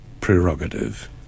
prerogative